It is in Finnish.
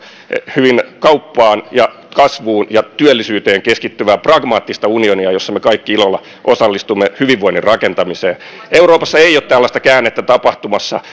hyvin kauppaan ja kasvuun ja työllisyyteen keskittyvää pragmaattista unionia jossa me kaikki ilolla osallistumme hyvinvoinnin rakentamiseen euroopassa ei ole tällaista käännettä tapahtumassa